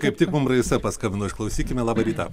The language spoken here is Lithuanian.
kaip tik mum reisa paskambino išklausykime labą rytą